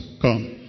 Come